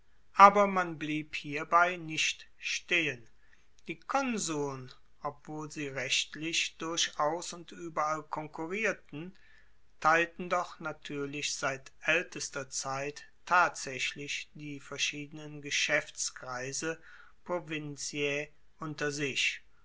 aber man blieb hierbei nicht stehen die konsuln obwohl sie rechtlich durchaus und ueberall konkurrierten teilten doch natuerlich seit aeltester zeit tatsaechlich die verschiedenen geschaeftskreise provinciae unter sich